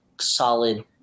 solid